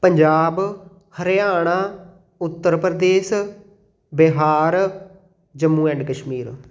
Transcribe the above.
Punjab Haryana Uttar Pradesh Bihar Jammu and Kashmir